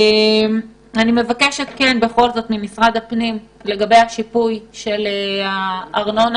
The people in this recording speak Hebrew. מבקשת ממשרד הפנים לגבי השיפוי של ארנונה